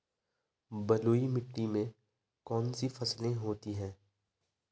बलुई मिट्टी में कौन कौन सी फसलें होती हैं?